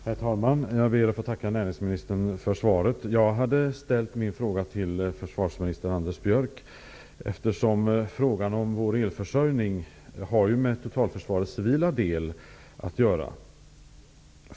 Herr talman! Jag ber att få tacka näringsministern för svaret. Jag hade ställt min fråga till försvarsminister Anders Björck, eftersom frågan om vår elförsörjning har med totalförsvarets civila del att göra.